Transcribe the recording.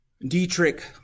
Dietrich